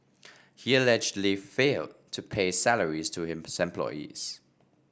he allegedly failed to pay salaries to his employees